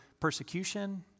persecution